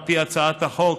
על פי הצעת החוק,